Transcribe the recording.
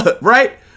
right